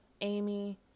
Amy